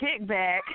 Kickback